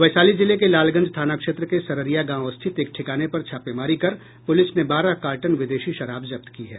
वैशाली जिले के लालगंज थाना क्षेत्र के सररिया गांव स्थित एक ठिकाने पर छापेमारी कर पुलिस ने बारह कार्टन विदेशी शराब जब्त की है